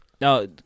No